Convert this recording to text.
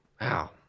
Wow